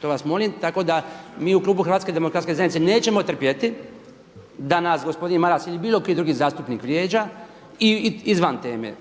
To vas molim. Tako da mi u klubu Hrvatske demokratske zajednice nećemo trpjeti da nas gospodin Maras ili bilo koji drugi zastupnik vrijeđa i izvan teme,